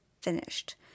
finished